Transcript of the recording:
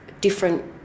different